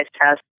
test